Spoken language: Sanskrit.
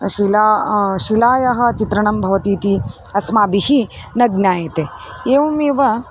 शिला शिलायाः चित्रणं भवति इति अस्माभिः न ज्ञायते एवमेव